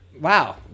wow